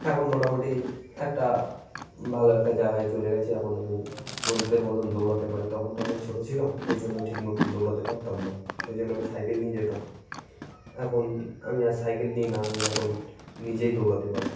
এখন মোটামুটি একটা ভালো একটা জায়গায় চলে গেছে এখন আমি বন্ধুদের মতন দৌড়াতে পারি তখন তো অনেক ছোটো ছিলাম ওই জন্য ঠিক মতন দৌড়াতে পারতাম না ওই জন্য আমি সাইকেল নিয়ে যেতাম এখন আমি আর সাইকেল নিই না আমি এখন নিজেই দৌড়াতে পারি